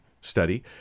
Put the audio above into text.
study